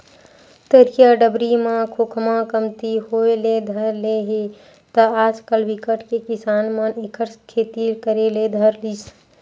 तरिया डबरी म खोखमा कमती होय ले धर ले हे त आजकल बिकट के किसान मन एखर खेती करे ले धर लिस